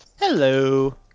hello